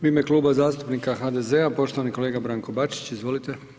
U ime Kluba zastupnika HDZ-a, poštovani kolega Branko Bačić, izvolite.